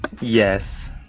Yes